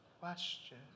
question